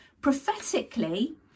Prophetically